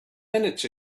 minutes